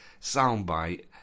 soundbite